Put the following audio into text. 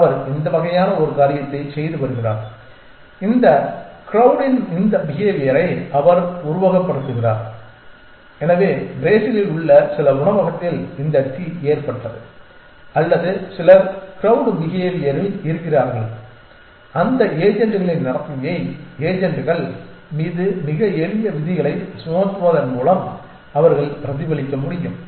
அவர் இந்த வகையான ஒரு காரியத்தைச் செய்து வருகிறார் இந்த க்ரொவ்டின் இந்த பிஹேவியரை அவர் உருவகப்படுத்தப்படுகிறார் எனவே பிரேசிலில் உள்ள சில உணவகத்தில் இந்த தீ ஏற்பட்டது அல்லது சிலர் க்ரொவ்டு பிஹேவியரில் இருக்கிறார்கள் அந்த ஏஜென்ட்களின் நடத்தையை ஏஜென்ட் கள் மீது மிக எளிய விதிகளை சுமத்துவதன் மூலம் அவர் பிரதிபலிக்க முடியும்